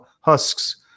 husks